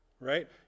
right